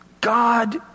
God